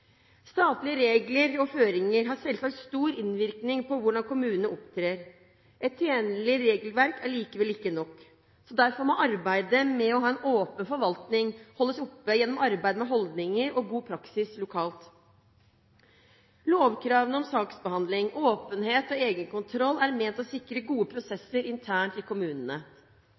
Statlige regler og føringer har selvsagt stor innvirkning på hvordan kommunene opptrer. Et tjenlig regelverk er likevel ikke nok, så derfor må arbeidet med å ha en åpen forvaltning holdes oppe gjennom arbeid med holdninger og god praksis lokalt. Lovkravene om saksbehandling, åpenhet og egenkontroll er ment å sikre gode prosesser internt i kommunene.